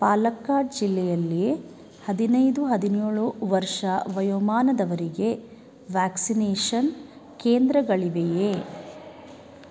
ಪಾಲಕ್ಕಾಡ್ ಜಿಲ್ಲೆಯಲ್ಲಿ ಹದಿನೈದು ಹದಿನೇಳು ವರ್ಷ ವಯೋಮಾನದವರಿಗೆ ವ್ಯಾಕ್ಸಿನೇಷನ್ ಕೇಂದ್ರಗಳಿವೆಯೇ